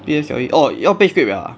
P_S_L_E oh 要被 scrap liao ah